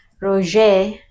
Roger